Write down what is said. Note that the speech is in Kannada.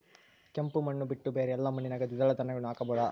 ಕೆಂಪು ಮಣ್ಣು ಬಿಟ್ಟು ಬೇರೆ ಎಲ್ಲಾ ಮಣ್ಣಿನಾಗ ದ್ವಿದಳ ಧಾನ್ಯಗಳನ್ನ ಹಾಕಬಹುದಾ?